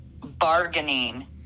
Bargaining